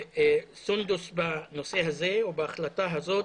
סונדוס בנושא הזה או בהחלטה הזאת